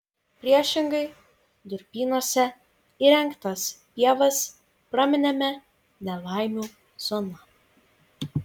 priešingai durpynuose įrengtas pievas praminėme nelaimių zona